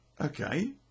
okay